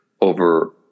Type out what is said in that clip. over